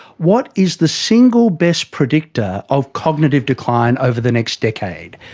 what is the single best predictor of cognitive decline over the next decade?